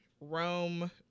rome